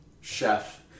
Chef